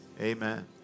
Amen